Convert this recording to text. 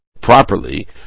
properly